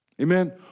Amen